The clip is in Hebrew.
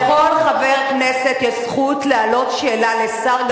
לכל חבר כנסת יש זכות להעלות שאלה לשר,